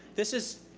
this is